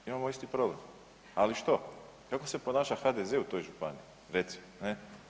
Imamo isti problem, ali što kako se ponaša HDZ u toj županiji recimo, ne.